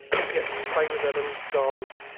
he gets to play with her little dog.